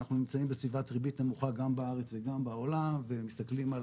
אנחנו נמצאים בסביבת ריבית נמוכה גם בארץ וגם בעולם ומסתכלים על